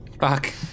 Fuck